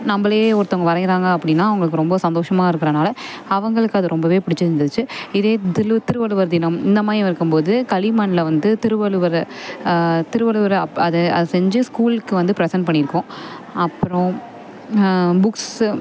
நம்பளையே ஒருத்தவங்க வரையிறாங்க அப்படின்னா அவங்களுக்கு ரொம்ப சந்தோஷமாக இருக்கிறனால அவங்களுக்கு அது ரொம்பவே பிடிச்சிருந்துச்சு இதே திளு திருவள்ளுவர் தினம் இந்தமாதிரி இருக்கும் போது களி மண்ணில் வந்து திருவள்ளுவரை திருவள்ளுவரை அப் அதை அதை செஞ்சு ஸ்கூலுக்கு வந்து ப்ரசண்ட் பண்ணி இருக்கோம் அப்புறம் புக்ஸு